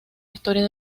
historia